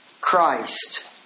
Christ